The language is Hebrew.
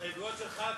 את ההתחייבויות שלך,